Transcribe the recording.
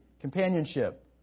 companionship